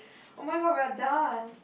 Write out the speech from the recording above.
oh-my-god we are done